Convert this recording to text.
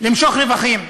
למשוך רווחים.